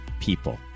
people